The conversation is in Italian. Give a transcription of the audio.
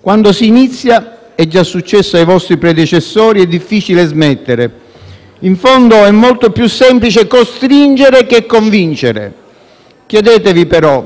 quando si inizia - è già successo ai vostri predecessori - è difficile smettere. In fondo, è molto più semplice costringere che convincere. Chiedetevi però